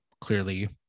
clearly